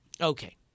Okay